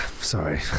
sorry